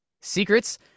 Secrets